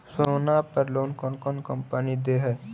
सोना पर लोन कौन कौन कंपनी दे है?